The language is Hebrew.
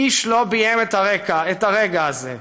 "איש לא ביים את הרגע הזה.